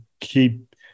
keep